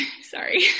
Sorry